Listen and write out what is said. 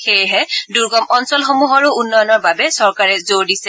সেয়েহে দুৰ্গম অঞ্চলসমূহৰো উন্নয়নৰ বাবে চৰকাৰে জোৰ দিছে